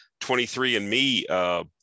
23andMe